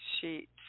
sheets